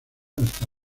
hasta